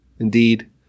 Indeed